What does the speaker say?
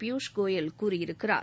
பியூஸ் கோயல் கூறியிருக்கிறார்